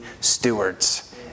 stewards